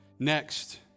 Next